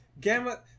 Gamma